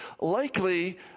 likely